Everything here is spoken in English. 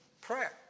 prayer